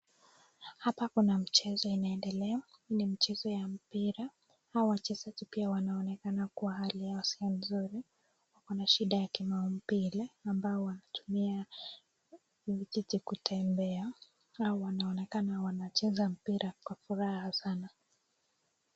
Hapa kuna mchezo unaendelea, ni mchezo wa mpira, hawa wachezaji pia wanaonekana kuwa hali yao sio mzuri, wana shida ya kimaumbile ambayo wanatumia vijiti kutembea, na wanaonekana wanacheza mpira kwa furaha Sana.